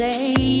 Say